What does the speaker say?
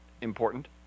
important